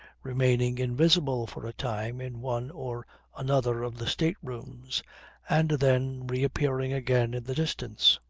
remaining invisible for a time in one or another of the state-rooms, and then reappearing again in the distance.